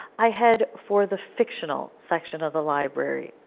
i head for the fictional section of the library.